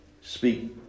speak